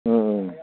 औ औ